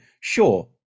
sure